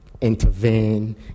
intervene